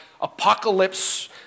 apocalypse